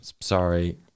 sorry